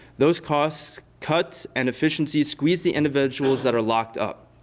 those costs, cuts, and efficiencies squeeze the individuals that are locked up.